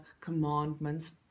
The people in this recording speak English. commandments